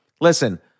listen